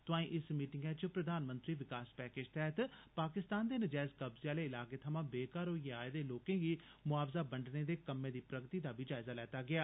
तोआंई इस मीटिंगै च प्रधानमंत्री विकास पैकेज तैहत पाकिस्तान दे नजैज कब्जे आले इलाकें थमां बेघर होईयें आए दे लोकें गी मुआवजा बंडने दे कम्मै दी प्रगति दा बी जायजा लैता गेया